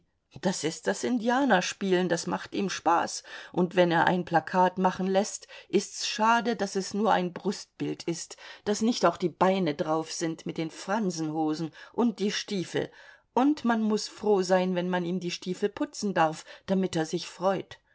das ist das indianerspielen das macht ihm spaß und wenn er ein plakat machen läßt ist's schade daß es nur ein brustbild ist daß nicht auch die beine drauf sind mit den fransenhosen und die stiefel und man muß froh sein wenn man ihm die stiefel putzen darf damit er sich freut